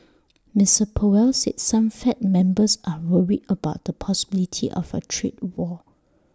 Mister powell said some fed members are worried about the possibility of A trade war